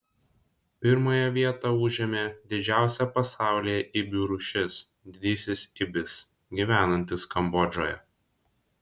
pirmąją vietą užėmė didžiausia pasaulyje ibių rūšis didysis ibis gyvenantis kambodžoje